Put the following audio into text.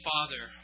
Father